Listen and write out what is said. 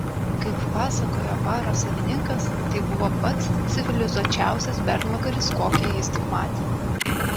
kaip pasakojo baro savininkas tai buvo pats civilizuočiausias bernvakaris kokį jis tik matė